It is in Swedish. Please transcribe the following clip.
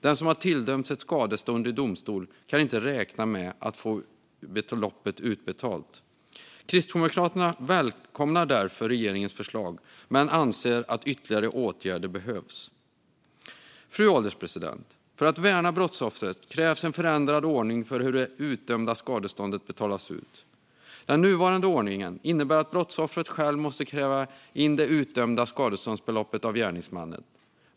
Den som har tilldömts ett skadestånd i domstol kan inte räkna med att få beloppet utbetalt. Kristdemokraterna välkomnar därför regeringens förslag men anser att ytterligare åtgärder behövs. Fru ålderspresident! För att värna brottsoffret krävs en förändrad ordning för hur utdömda skadestånd betalas ut. Den nuvarande ordningen innebär att brottsoffret själv måste kräva in det utdömda skadeståndsbeloppet av gärningsmannen.